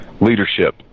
Leadership